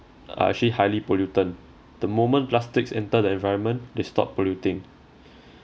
are actually highly pollutant the moment plastics enter the environment they start polluting